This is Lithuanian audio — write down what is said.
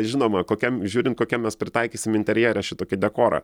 žinoma kokiam žiūrint kokiam mes pritaikysim interjere šitokį dekorą